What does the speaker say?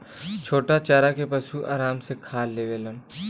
छोटा चारा के पशु आराम से खा लेवलन